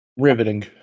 Riveting